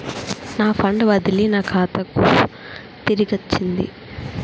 నా ఫండ్ బదిలీ నా ఖాతాకు తిరిగచ్చింది